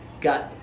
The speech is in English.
got